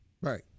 Right